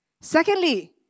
Secondly